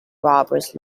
robbers